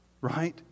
Right